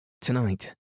Tonight